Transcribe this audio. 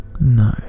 No